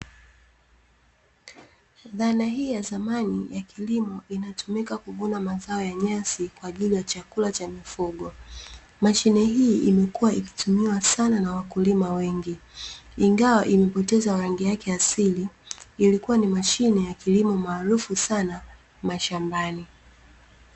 Dhana hii ya zamani ya kilimo, inatumika kuvuna mazao ya nyasi, kwa ajili ya chakula cha mifugo. Mashine hii imekuwa ikitumiwa sana na wakulima wengi, ingawa imepoteza rangi yake ya asili, ilikuwa ni mashine ya kilimo maarufu sana mashambani.